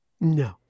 no